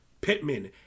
Pittman